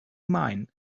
mine